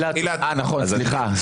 נכון, סליחה.